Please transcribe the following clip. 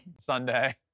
Sunday